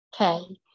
Okay